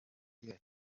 yagize